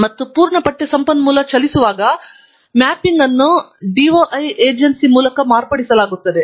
ಮತ್ತು ಪೂರ್ಣ ಪಠ್ಯ ಸಂಪನ್ಮೂಲ ಚಲಿಸುವಾಗ ಮ್ಯಾಪಿಂಗ್ ಅನ್ನು ಏಜೆನ್ಸಿ DOI ಏಜೆನ್ಸಿ ಮೂಲಕ ಮಾರ್ಪಡಿಸಲಾಗುತ್ತದೆ